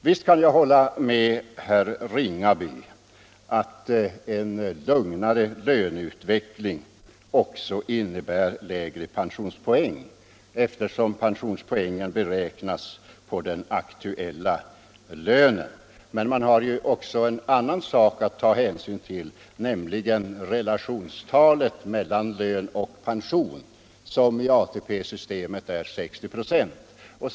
Visst kan jag hålla med herr Ringaby om att en lugnare löneutveckling också innebär lägre pensionspoäng, eftersom pensionspoängen beräknas på den aktuella lönen. Men man har också en annan sak att ta hänsyn till, nämligen relationstalet mellan lön och pension, som i ATP-systemet är 60 26.